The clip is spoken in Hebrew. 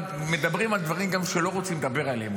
מדברים גם על דברים שאולי לא רוצים לדבר עליהם,